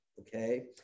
Okay